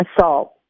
assault